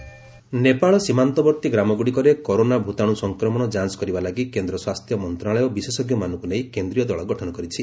corona health team Nepal ସୀମାନ୍ତବର୍ତ୍ତୀ ଗ୍ରାମଗୁଡ଼ିକରେ corona ଭୂତାଣୁ ସଂକ୍ରମଣ ଯାଞ୍ଚ କରିବା ଲାଗି କେନ୍ଦ୍ର ସ୍ୱାସ୍ଥ୍ୟ ମନ୍ତ୍ରଣାଳୟ ବିଶେଷଜ୍ଞମାନଙ୍କୁ ନେଇ କେନ୍ଦ୍ରୀୟ ଦଳ ଗଠନ କରିଛି